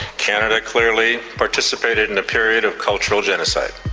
canada clearly participated in a period of cultural genocide.